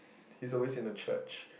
he's always in the church